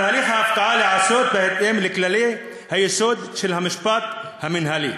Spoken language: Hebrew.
על הליך ההפקעה להיעשות בהתאם לכללי היסוד של המשפט המינהלי.